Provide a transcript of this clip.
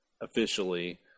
officially